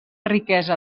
riquesa